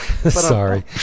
sorry